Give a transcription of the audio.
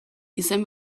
izen